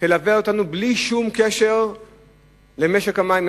תלווה אותנו בלי שום קשר למשק המים,